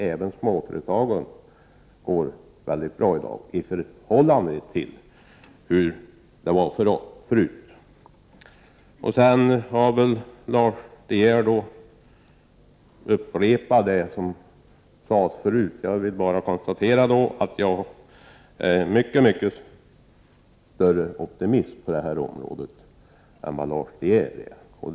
Även småföretagen går bra i dag i förhållande till hur det var förut. Lars De Geer upprepade det som sades tidigare. Jag kan konstatera att jag är en mycket större optimist på detta område än Lars De Geer.